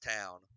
town